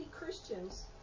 Christians